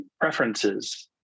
preferences